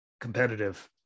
competitive